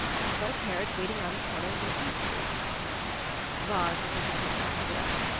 i've got a carriage waiting round the corner in thirteenth street vard looked at the tip of his cigarette.